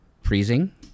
freezing